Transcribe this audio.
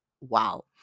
wow